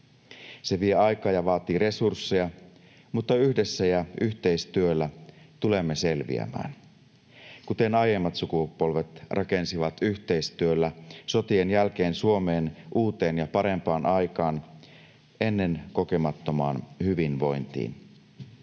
Se vie aikaa ja vaatii resursseja, mutta yhdessä ja yhteistyöllä tulemme selviämään, kuten aiemmat sukupolvet rakensivat yhteistyöllä sotien jälkeen Suomen uuteen ja parempaan aikaan, ennenkokemattomaan hyvinvointiin.